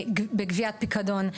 בגביית פיקדון,